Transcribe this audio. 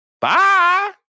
Bye